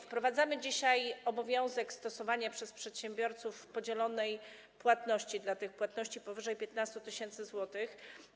Wprowadzamy dzisiaj obowiązek stosowania przez przedsiębiorców podzielonej płatności dla płatności powyżej 15 tys. zł.